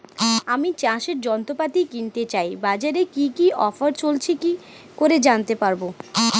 আমি চাষের যন্ত্রপাতি কিনতে চাই বাজারে কি কি অফার চলছে কি করে জানতে পারবো?